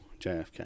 JFK